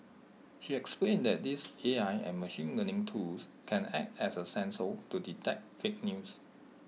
she explained that these A I and machine learning tools can act as A sensor to detect fake news